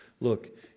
look